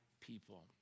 people